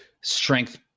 strength